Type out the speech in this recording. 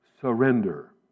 surrender